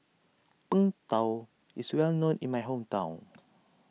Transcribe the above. Png Tao is well known in my hometown